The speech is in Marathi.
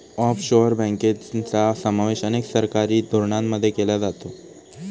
ऑफशोअर बँकांचा समावेश अनेक सरकारी धोरणांमध्ये केला जातो